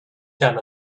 done